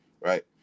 right